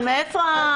אבל מאיפה?